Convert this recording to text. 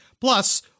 Plus